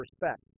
respect